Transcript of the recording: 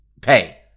pay